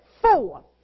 four